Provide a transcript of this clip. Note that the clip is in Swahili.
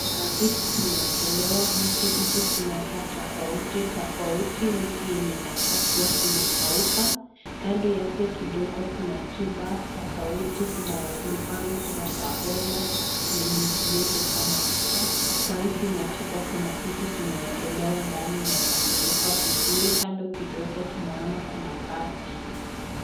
Kuna miti zimewekelewa. Miti hizi zinakaa tofauti tofauti, miti yenye inakaa kuwa zimekauka. Kando yake kidogo kuna chupa tofauti, kuna ya [blueband], kuna za omo na nyinginezo za mafuta. Kwa hizi machupa kuna vitu zimewekelewa ndani na ikafunikwa vizuri. Kando kidogo tunaona kuna bagi.